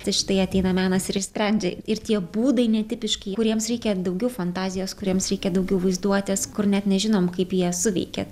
tai štai ateina menas ir išsprendžia ir tie būdai netipiški kuriems reikia daugiau fantazijos kuriems reikia daugiau vaizduotės kur net nežinom kaip jie suveikia